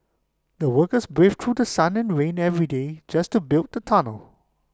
the workers braved through The Sun and rain every day just to build the tunnel